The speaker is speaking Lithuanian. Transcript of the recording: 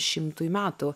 šimtui metų